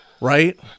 Right